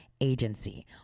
Agency